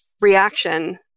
reaction